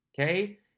okay